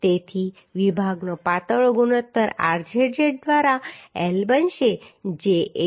તેથી વિભાગનો પાતળો ગુણોત્તર rzz દ્વારા L બનશે જે 88